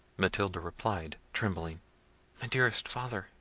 matilda replied, trembling my dearest father,